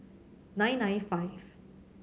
nine nine five